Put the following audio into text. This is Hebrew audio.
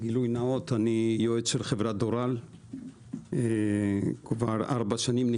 גילוי נאות, אני יועץ של חברת דוראל כבר 4 שנים.